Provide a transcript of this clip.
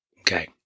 Okay